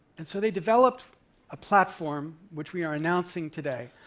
and so they developed a platform, which we are announcing today,